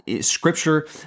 scripture